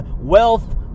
Wealth